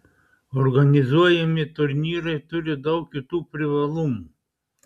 organizuojami turnyrai turi daug kitų privalumų